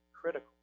critical